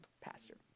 Pastor